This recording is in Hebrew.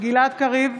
גלעד קריב,